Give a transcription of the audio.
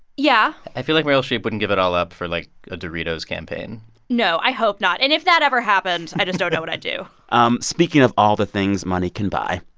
yeah i feel like meryl streep wouldn't give it all up for, like, a doritos campaign no, i hope not. and if that ever happened, i just don't know what i'd do um speaking of all the things money can buy,